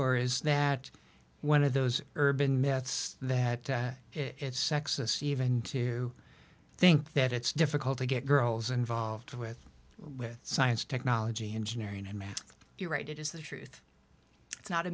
or is that one of those urban myths that it's sexist even to think that it's difficult to get girls involved with with science technology engineering and math you're right it is the truth it's not a